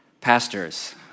Pastors